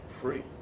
Free